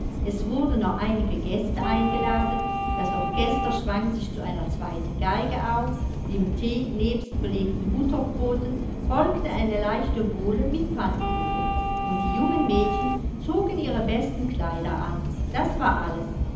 es wurden noch einige gäste geladen das orchester schwang sich zu einer zweiten geige auf dem thee nebst belegten butterbroten folgte eine leichte bowle mit pfannkuchen und die jungen mädchen zogen ihre besten kleider an das war alles